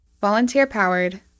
Volunteer-powered